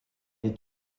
est